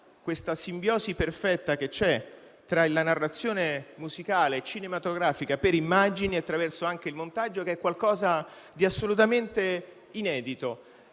la simbiosi perfetta che c'è tra la narrazione musicale e cinematografica per immagini, anche attraverso il montaggio, che è qualcosa di assolutamente inedito;